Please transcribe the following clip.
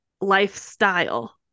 lifestyle